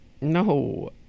No